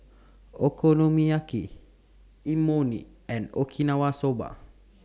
Okonomiyaki Imoni and Okinawa Soba